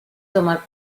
tomar